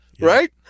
right